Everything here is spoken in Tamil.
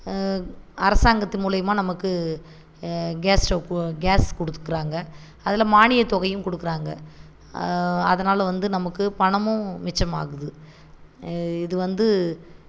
அரசாங்கத்தின் மூலிமா நமக்கு கேஸ் ஸ்டப் கேஸ் கொடுக்காறாங்க அதில் மானிய தொகையும் கொடுக்குறாங்க அதனால் வந்து நமக்கு பணமும் மிச்சமாகுது இது வந்து